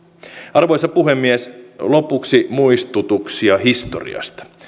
arvoisa puhemies lopuksi muistutuksia historiasta